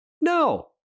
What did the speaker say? No